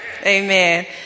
Amen